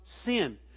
sin